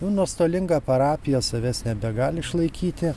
nu nuostolinga parapija savęs nebegali išlaikyti